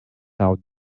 out